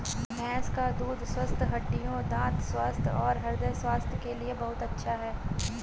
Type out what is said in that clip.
भैंस का दूध स्वस्थ हड्डियों, दंत स्वास्थ्य और हृदय स्वास्थ्य के लिए बहुत अच्छा है